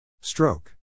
Stroke